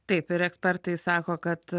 taip ir ekspertai sako kad